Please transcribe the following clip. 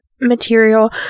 material